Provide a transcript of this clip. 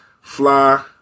fly